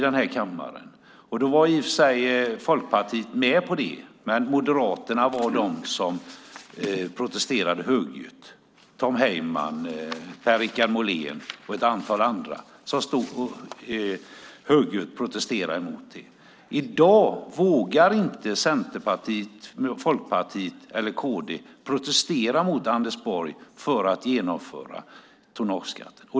Då var Folkpartiet i och för sig med på det, men Moderaterna protesterade högljutt. Tom Heyman, Per-Richard Molén och ett antal andra protesterade högljutt mot det. I dag vågar inte Centerpartiet, Folkpartiet eller Kristdemokraterna protestera mot Anders Borg för att genomföra tonnageskatten.